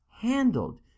handled